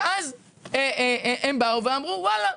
ואז הם באו ואמרו ואללה,